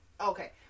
Okay